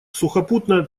сухопутная